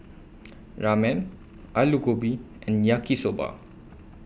Ramen Alu Gobi and Yaki Soba